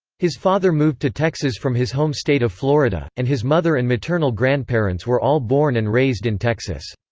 his father moved to texas from his home state of florida, and his mother and maternal grandparents were all born and raised in texas.